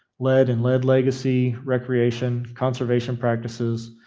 lead and lead legacy, recreation, conservation practices,